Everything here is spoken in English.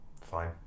Fine